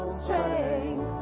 strength